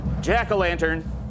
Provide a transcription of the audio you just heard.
Jack-o-lantern